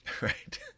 Right